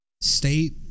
state